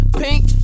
Pink